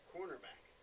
Cornerback